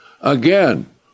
Again